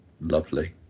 lovely